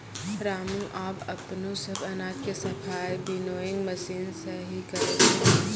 रामू आबॅ अपनो सब अनाज के सफाई विनोइंग मशीन सॅ हीं करै छै